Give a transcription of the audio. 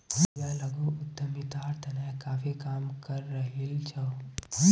पूजा लघु उद्यमितार तने काफी काम करे रहील् छ